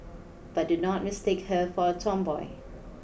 but do not mistake her for a tomboy